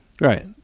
Right